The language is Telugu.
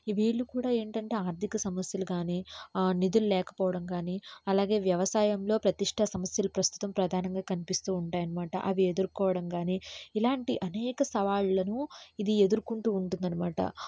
ఈ వీళ్ళు కూడా ఏంటంటే ఆర్థిక సమస్యలు కానీ నిధులు లేకపోవడం కానీ అలాగే వ్యవసాయంలో ప్రతిష్ట సమస్యలు ప్రస్తుతం ప్రధానంగా కనిపిస్తూ ఉంటాయి అనమాట అవి ఎదుర్కోవడం కానీ ఇలాంటి అనేక సవాళ్ళను ఇది ఎదుర్కొంటూ ఉంటుందనమాట